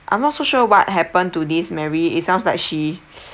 I'm not so sure what happen to this mary it sounds like she